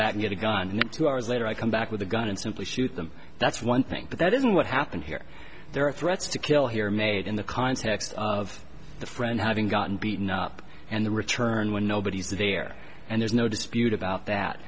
back get a gun and two hours later i come back with a gun and simply shoot them that's one thing but that isn't what happened here there are threats to kill here made in the context of the friend having gotten beaten up and the return when nobody's there and there's no dispute about that